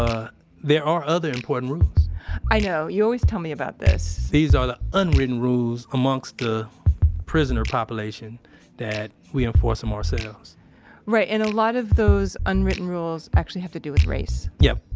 ah there are other important rules i know. you always tell me about this these are the unwritten rules amongst the prisoner population that we enforce them ourselves right, and a lot of those unwritten rules actually have to do with race yep,